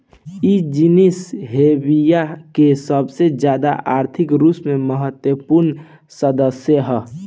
इ genus Hevea के सबसे ज्यादा आर्थिक रूप से महत्वपूर्ण सदस्य ह